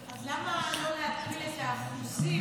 אז למה לא להגביל את האחוזים?